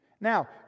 Now